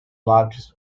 largest